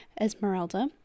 Esmeralda